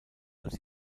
als